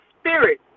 spirit